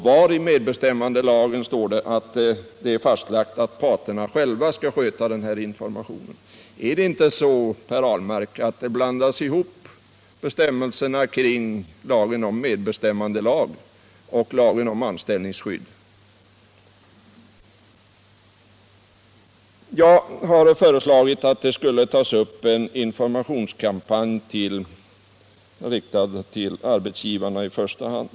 Var i medbestämmandelagen står det att parterna själva skall sköta den här informationen? Är det inte så, Per Ahlmark, att man blandar ihop medbestämmandelagen och lagen om anställningsskydd? Jag har föreslagit att man skulle sätta i gång en informationskampanj, riktad till arbetsgivarna i första hand.